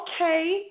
Okay